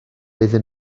iddyn